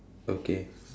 okay